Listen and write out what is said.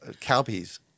Cowpeas